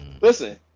listen